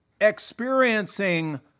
experiencing